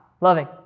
loving